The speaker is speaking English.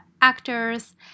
actors